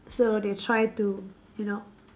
so they try to you know